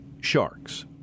sharks